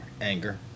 Anger